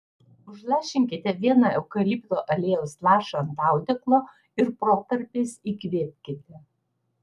užlašinkite vieną eukalipto aliejaus lašą ant audeklo ir protarpiais įkvėpkite